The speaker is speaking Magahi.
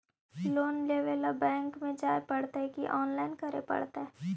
लोन लेवे ल बैंक में जाय पड़तै कि औनलाइन करे पड़तै?